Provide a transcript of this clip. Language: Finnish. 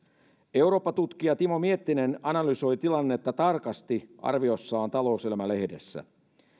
eurooppatutkija timo miettinen analysoi tilannetta tarkasti arviossaan talouselämä lehdessä